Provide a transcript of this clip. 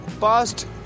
Past